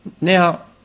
now